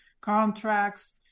contracts